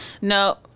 no